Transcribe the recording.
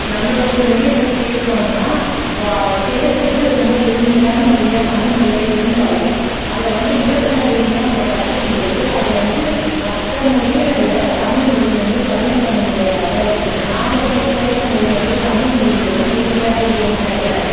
நம்பளோடைய மொழியை பற்றி பேசுனோன்னா இப்போ பேசறது ரொம்ப எளிமையான மொழியாக தமிழ் மொழியாக இருந்தாலும் அதை வந்து இலக்கண ரீதியாக நம்ப கற்றுக்கம்பொழுது அது வந்து மற்ற மொழிகளை விட தமிழ்மொழி வந்து கடினத்தன்மை உடையதாகதான் இருக்குது நம்ப இப்போ பேசுகிற மொழி வந்து தமிழ் மொழியோட முழுமையான உருவம் கிடையாது